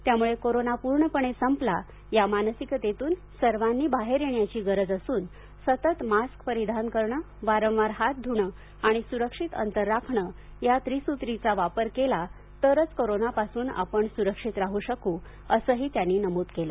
त्यामुळे कोरोना पूर्णपणे संपला या मानसिकतेतून सर्वांनी बाहेर येण्याची गरज असून सतत मास्क परिधान करणं वारंवार हात धुणं आणि सुरक्षित अंतर राखणं या त्रिसूत्रीचा वापर केला तरच कोरोनापासून आपण सुरक्षित राहू शकू असंहीत्यांनी नमूद केलं